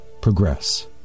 progress